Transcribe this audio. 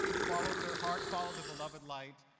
followed their heart, followed the beloved light,